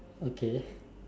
okay